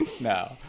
no